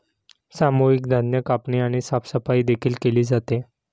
सामूहिक धान्य कापणी आणि साफसफाई देखील केली जाते